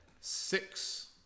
six